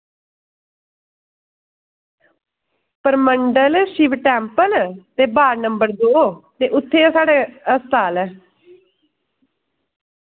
Purmandal Shiv temple ते बाड़ number दो ते उत्थें साढ़े हस्पताल ऐ